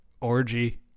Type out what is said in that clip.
orgy